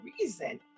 reason